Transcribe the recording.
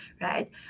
right